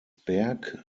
berg